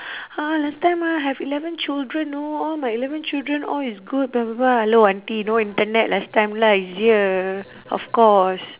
ah last time ah have eleven children know all my eleven children all is good blah blah blah hello auntie no internet last time lah easier of course